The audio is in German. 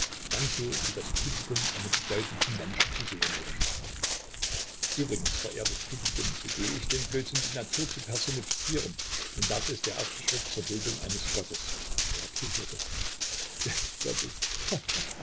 ganz so wie das publikum einen bedeutenden menschen zu sehen wünscht übrigens verehrtes publikum begeh ich den blödsinn die natur zu personifizieren und das ist der erste schritt zur bildung eines gottes er kicherte des gottes